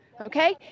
okay